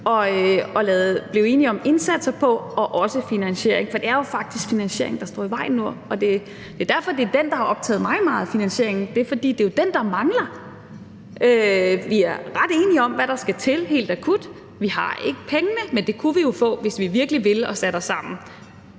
var blevet enige om indsatser og også finansiering til, for det er jo faktisk finansieringen, der står i vejen nu. Det er derfor, det er finansieringen, der har optaget mig meget, for det er jo den, der mangler. Vi er ret enige om, hvad der skal til helt akut. Vi har ikke pengene, men det kunne vi jo få, hvis vi virkelig ville og satte os sammen.